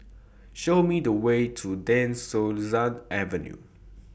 Show Me The Way to De Souza Avenue